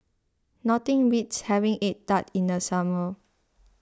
nothing beats having Egg Tart in the summer